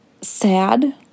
sad